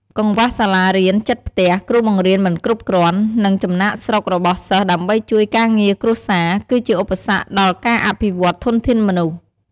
កង្វះសាលារៀនជិតផ្ទះ គ្រូបង្រៀនមិនគ្រប់គ្រាន់ និងចំណាកស្រុករបស់សិស្សដើម្បីជួយការងារគ្រួសារ គឺជាឧបសគ្គដល់ការអភិវឌ្ឍន៍ធនធានមនុស្ស។